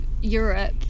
Europe